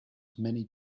many